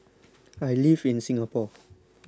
I live in Singapore